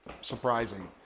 surprising